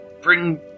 bring